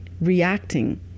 reacting